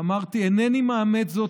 אמרתי: אינני מאמץ זאת,